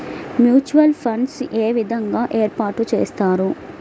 Mutual funds ఏ విధంగా ఏర్పాటు చేస్తారు?